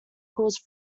caused